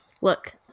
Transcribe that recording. Look